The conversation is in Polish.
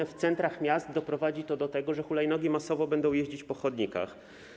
W centrach miast doprowadzi to do tego, że hulajnogi masowo będą jeździć po chodnikach.